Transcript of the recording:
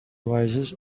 wisest